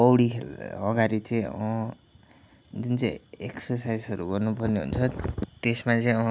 पौडी अगाडि चाहिँ जुन चाहिँ एक्ससाइजहरू गर्नु पर्ने हुन्छ नि त्यसमा चाहिँ